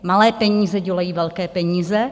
Malé peníze dělají velké peníze.